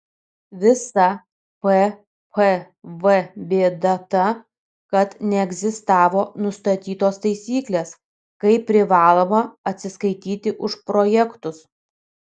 visa ppv bėda ta kad neegzistavo nustatytos taisyklės kaip privaloma atsiskaityti už projektus